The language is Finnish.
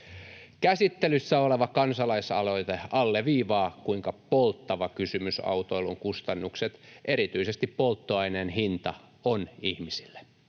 Käsittelyssä oleva kansalaisaloite alleviivaa, kuinka polttava kysymys autoilun kustannukset, erityisesti polttoaineen hinta, on ihmisille.